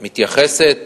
מתייחסת: